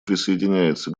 присоединяется